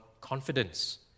confidence